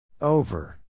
Over